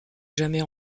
jamais